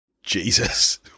Jesus